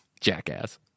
Jackass